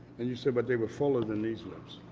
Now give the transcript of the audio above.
and you said but they were fuller than these lips?